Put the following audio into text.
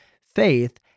Faith